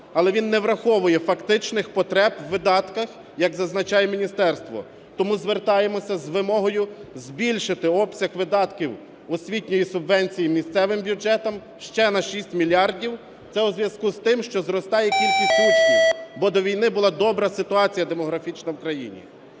але він не враховує фактичних потреб у видатках, як зазначає міністерство. Тому звертаємося з вимогою збільшити обсяг видатків освітньої субвенції місцевим бюджетам ще на 6 мільярдів, це у зв'язку з тим, що зростає кількість учнів, бо до війни була добра ситуація демографічна в країні.